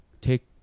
take